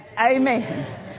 amen